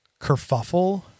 kerfuffle